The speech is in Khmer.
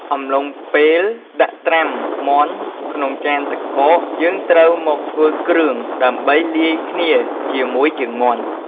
អំឡុងពេលដាក់ត្រាំមាន់ក្នុងចានទឹកកក យើងត្រូវមកធ្វើគ្រឿង ដើម្បីលាយគ្នាជាមួយជើងមាន់។